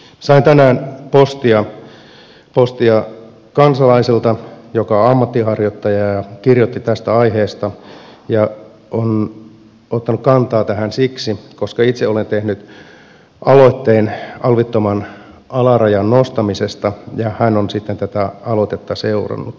sain tänään postia kansalaiselta joka on ammatinharjoittaja ja kirjoitti tästä aiheesta ja on ottanut kantaa tähän siksi koska itse olen tehnyt aloitteen alvittoman alarajan nostamisesta ja hän on sitten tätä aloitetta seurannut